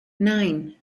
nine